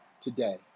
today